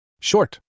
Short